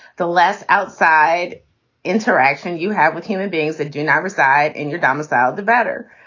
the less outside interaction you have with human beings that do not reside in your domicile, the better.